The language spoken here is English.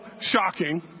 shocking